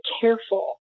careful